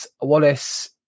Wallace